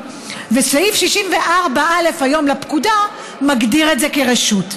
וסעיף 64(א) היום לפקודה מגדיר את זה כרשות.